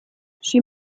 she